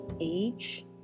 age